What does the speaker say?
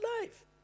life